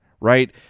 right